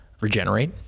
regenerate